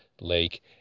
lake